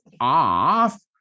off